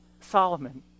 Solomon